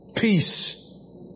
peace